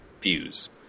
fuse